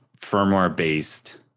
firmware-based